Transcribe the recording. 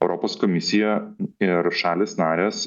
europos komisija ir šalys narės